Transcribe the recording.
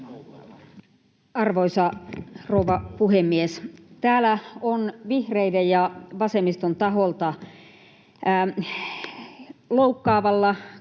Arvoisa rouva puhemies! Täällä on vihreiden ja vasemmiston taholta loukkaavalla, kapeasti